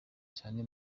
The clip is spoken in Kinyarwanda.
cyane